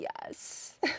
yes